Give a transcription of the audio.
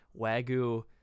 Wagyu